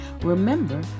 Remember